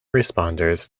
responders